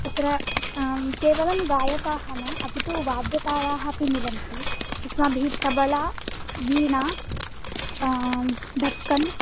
तत्र केवलं गायकाः न अपि तु वाद्यकाराः अपि मिलन्ति अस्माभिः तबला वीणा ढक्कन्